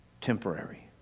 temporary